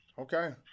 Okay